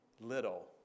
little